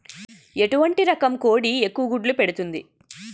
ఎటువంటి రకం కోడి ఎక్కువ గుడ్లు పెడుతోంది?